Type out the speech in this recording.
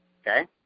Okay